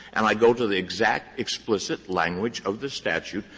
and i go to the exact explicit language of the statute.